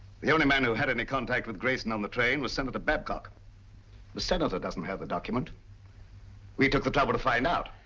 the only man who had any contact with grayson on the train was senator babcock. the senator doesn't have the document we took the trouble to find out.